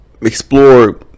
Explore